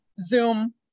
zoom